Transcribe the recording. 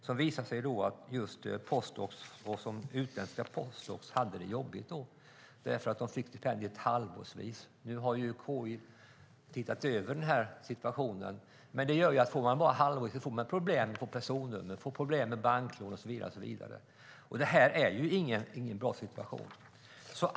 Där visar det sig att utländska postdoktorer har det jobbigt eftersom de får stipendiet halvårsvis. Nu har KI tittat över situationen, men det halvårsvisa systemet gör att det blir problem med personnummer, banklån och så vidare. Det är ingen bra situation.